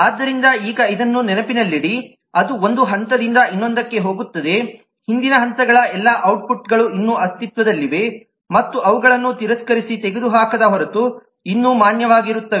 ಆದ್ದರಿಂದ ಈಗ ಇದನ್ನು ನೆನಪಿನಲ್ಲಿಡಿ ಅದು ಒಂದು ಹಂತದಿಂದ ಇನ್ನೊಂದಕ್ಕೆ ಹೋಗುತ್ತದೆ ಹಿಂದಿನ ಹಂತಗಳ ಎಲ್ಲಾ ಔಟ್ಪುಟ್ಗಳು ಇನ್ನೂ ಅಸ್ತಿತ್ವದಲ್ಲಿವೆ ಮತ್ತು ಅವುಗಳನ್ನು ತಿರಸ್ಕರಿಸಿ ತೆಗೆದುಹಾಕದ ಹೊರತು ಇನ್ನೂ ಮಾನ್ಯವಾಗಿರುತ್ತವೆ